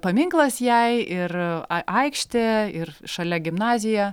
paminklas jai ir a aikštė ir šalia gimnazija